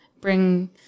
bring